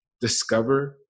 discover